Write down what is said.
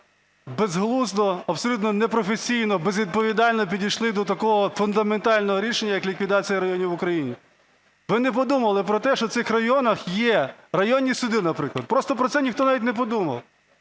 Безглуздо, абсолютно непрофесійно, безвідповідально підійшли до такого фундаментального рішення, як ліквідація районів в Україні. Ви не подумали про те, що в цих районах є районні суди, наприклад. Просто про це навіть ніхто не подумав.